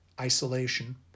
isolation